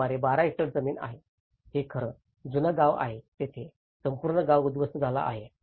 ही सुमारे 12 हेक्टर जमीन आहे हे खरं जुना गाव आहे जिथे संपूर्ण गाव उद्ध्वस्त झाले आहे